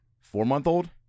Four-month-old